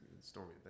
stormy